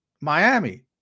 Miami